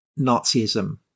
Nazism